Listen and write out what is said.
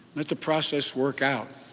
let the process work out